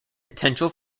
potential